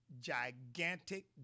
gigantic